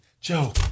Joe